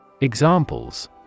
Examples